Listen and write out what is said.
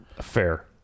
Fair